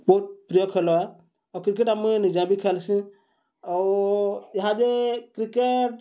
ବହୁତ୍ ପ୍ରିୟ ଖେଲ ଆଏ ଆଉ କ୍ରିକେଟ୍ ମୁଇଁ ନିଜେ ବି ଖେଲ୍ସିଁ ଆଉ ଇହାଦେ କ୍ରିକେଟ୍